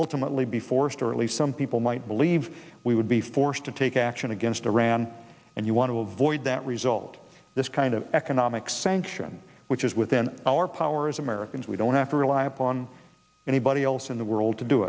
ultimately be forced or at least some people might believe we would be forced to take action against iran and you want to avoid that result this kind of economic sanction which is within our power as americans we don't have to rely upon anybody else in the world to do